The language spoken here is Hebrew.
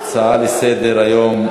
ההצעה לסדר-היום,